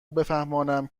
بفهمانم